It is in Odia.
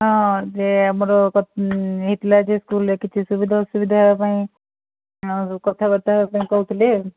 ହଁ ଯେ ଆମର ହେଇଥିଲା ଯେ ସ୍କୁଲ୍ରେ କିଛି ସୁବିଧା ଅସୁବିଧା ହେବା ପାଇଁ ଆଉ କଥାବାର୍ତ୍ତା ହେବାପାଇଁ କହୁଥିଲେ